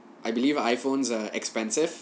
I believe iphones are expensive